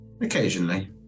occasionally